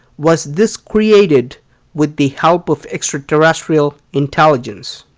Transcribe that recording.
was this created with the help of extraterrestrial intelligence?